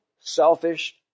selfish